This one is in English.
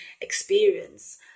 experience